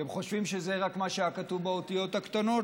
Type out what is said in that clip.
אתם חושבים שרק זה מה שהיה כתוב באותיות הקטנות?